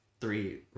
three